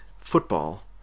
Football